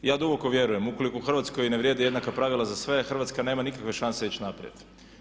Ja duboko vjerujem, ukoliko u Hrvatskoj ne vrijede jednaka pravila za sve, Hrvatska nema nikakve šanse ići naprijed.